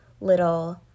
little